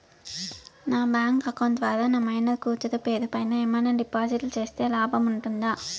నా bank account ద్వారా నా మైనర్ కూతురు పేరు పైన ఏమన్నా డిపాజిట్లు సేస్తే లాభం ఉంటుందా?